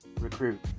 recruit